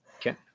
Okay